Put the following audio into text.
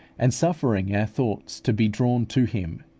and suffering our thoughts to be drawn to him,